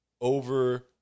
over